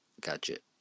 gadget